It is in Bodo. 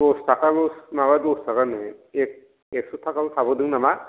दस थाखाल' माबा दस थाखानो एक एक्स' थाखाल' थाबोदों नामा